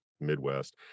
Midwest